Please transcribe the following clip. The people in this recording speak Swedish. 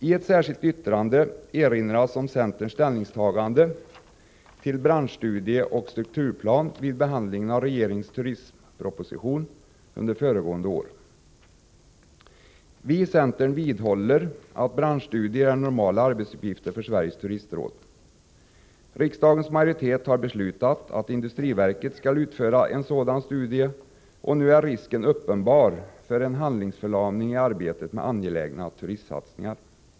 I ett särskilt yttrande erinras om centerns ställningstagande till branschstudier och strukturplan vid behandlingen av regeringens turistproposition under föregående år. Vi i centern vidhåller att branschstudier är normala arbetsuppgifter för Sveriges turistråd. Riksdagens majoritet har beslutat att industriverket skall utföra en sådan studie. Nu är risken uppenbar för en handlingsförlamning i arbetet med angelägna turistsatsningar.